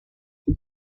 les